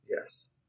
Yes